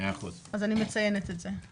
אז אני מציינת את זה.